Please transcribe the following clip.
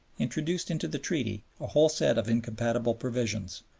introduced into the treaty a whole set of incompatible provisions,